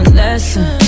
lesson